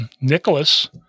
Nicholas